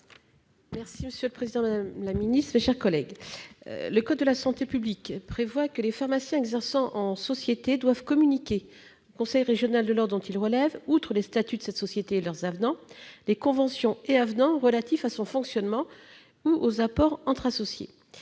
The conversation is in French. Imbert, pour présenter l'amendement n° 6 rectifié . Le code de la santé publique prévoit que « les pharmaciens exerçant en société doivent communiquer au conseil de l'ordre dont ils relèvent, outre les statuts de cette société et leurs avenants, les conventions et avenants relatifs à son fonctionnement, ou aux rapports entre associés